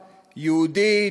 יהודי,